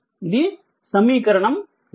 ఇది సమీకరణం 40